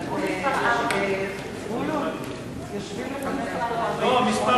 (תיקון מס' 4), התש"ע 2010, נתקבל.